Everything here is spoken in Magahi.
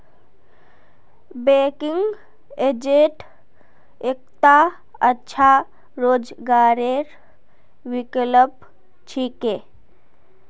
बैंकिंग एजेंट एकता अच्छा रोजगारेर विकल्प छिके